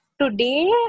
Today